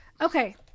okay